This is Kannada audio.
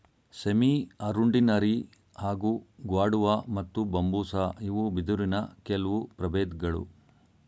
ಸೆಮಿಅರುಂಡಿನೆರಿ ಹಾಗೂ ಗ್ವಾಡುವ ಮತ್ತು ಬಂಬೂಸಾ ಇವು ಬಿದಿರಿನ ಕೆಲ್ವು ಪ್ರಬೇಧ್ಗಳು